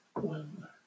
One